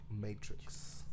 Matrix